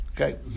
Okay